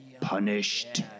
punished